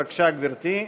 בבקשה, גברתי.